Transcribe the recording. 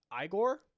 Igor